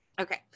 Okay